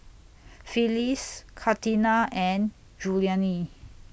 Phyliss Katina and Julianne